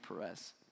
Perez